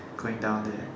going down there